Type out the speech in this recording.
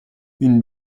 une